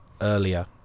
earlier